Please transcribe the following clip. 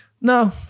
No